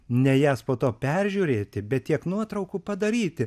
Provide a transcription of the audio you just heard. ne jas po to peržiūrėti bet tiek nuotraukų padaryti